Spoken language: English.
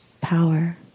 power